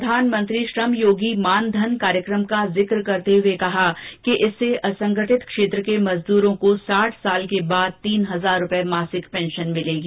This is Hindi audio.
प्रधानमंत्री श्रम योगी मानधन कार्यक्रम का जिक्र करते हुए वित्तमंत्री ने कहा कि इससे असंगठित क्षेत्र के मजदूरों को साठ साल के बाद तीन हजार रुपये मासिक पेंशन मिलेगी